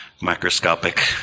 microscopic